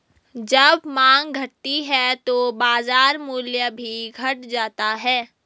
जब माँग घटती है तो बाजार मूल्य भी घट जाता है